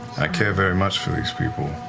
i care very much for these people.